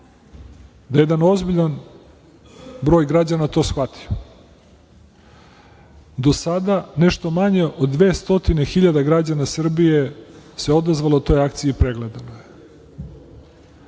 da je jedan ozbiljan broj građana to shvatio. Do sada nešto manje od 200.000 građana Srbije se odazvalo toj akciji i pregledano je.